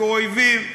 כאל אויבים,